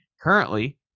currently